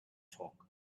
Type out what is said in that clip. talk